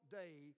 day